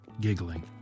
giggling